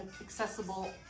accessible